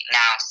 now